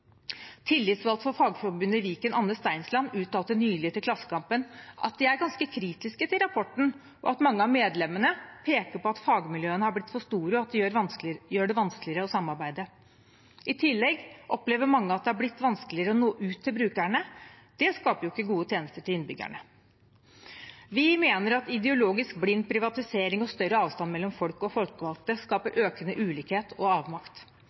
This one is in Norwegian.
Tillitsvalgt for Fagforbundet i Viken, Anne Steinsland, uttalte nylig til Klassekampen at de er ganske kritiske til rapporten, og at mange av medlemmene peker på at fagmiljøene har blitt så store at det gjør det vanskeligere å samarbeide. I tillegg opplever mange at det har blitt vanskeligere å nå ut til brukerne. Det skaper ikke gode tjenester til innbyggerne. Vi mener at ideologisk blind privatisering og større avstand mellom folk og folkevalgte skaper økende ulikhet og avmakt.